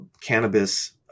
cannabis